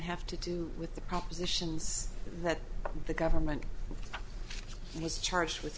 have to do with the propositions that the government was charged with